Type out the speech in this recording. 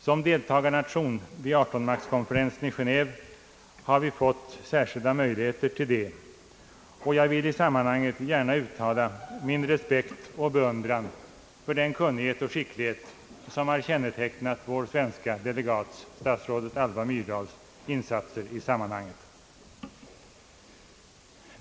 Som deltagarnation vid 18-maktskonferensen i Geneve har vi fått särskilda möjligheter till detta, och jag vill i sammanhanget gärna uttala min beundran och respekt för den kunnighet och den skicklighet som har kännetecknat insatserna från vår svenska delegat, statsrådet Myrdal.